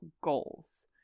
goals